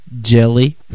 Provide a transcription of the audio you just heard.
jelly